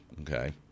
Okay